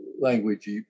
language